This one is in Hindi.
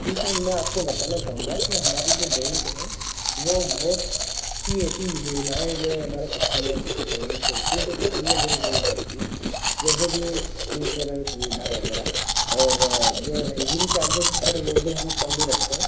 जी सर मैं आपको बताना चाहूँगा कि हमारी जो बैंक है वह बहुत सी ऐसी योजनाएँ जो हैं हमारे कस्टमर्स को प्रोवाइड करती है जो कि अन्य बैंक नहीं करती हैं जैसे कि इंश्योरेंस खरीदना वगैरह और जो हैंडलिंग चार्जेज़ हैं सर वे भी हम कम ही रखते हैं